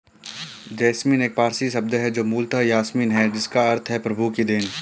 jasmine एक पारसी शब्द है जो मूलतः यासमीन है जिसका अर्थ है प्रभु की देन